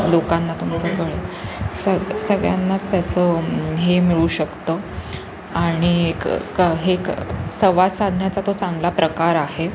लोकांना तुमचं कळे सग सगळ्यांनाच त्याचं हे मिळू शकतं आणि एक हे क संवाद साधण्याचा तो चांगला प्रकार आहे